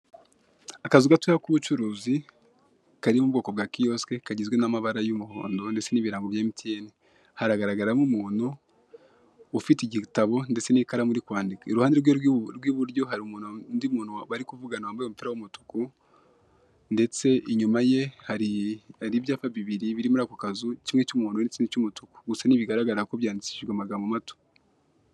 Akazu gatoya k'ubucuruzi kari mubwoko bwa kiyosike kagizwe n'amabara y'umuhondo ndetse n'ibirango bya emutiyene, haragaragaramo umuntu ufite igitabo ndetse n'ikaramu uri kwandika, iruhande rwe rw'iburyo hari undi muntu bari kuvugana wambaye umupira w'umutuku ndetse inyuma ye hari ibyapa bibiri biri muri ako kazu kimwe cy'umuhondo n'ikindi cy'umutuku gusa ntibigaragara kuko byandikishijwe amagambo mato.